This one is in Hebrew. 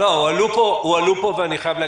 הועלו פה באזני